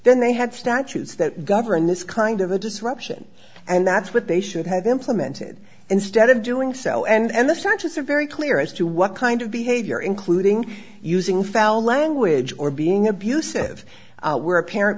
then they had statutes that govern this kind of a disruption and that's what they should have implemented instead of doing so and the searches are very clear as to what kind of behavior including using foul language or being abusive where a parent